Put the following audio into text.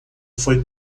foi